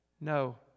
No